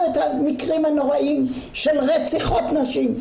את המקרים הנוראיים של רציחות נשים.